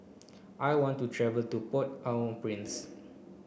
I want to travel to Port au Prince